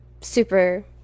super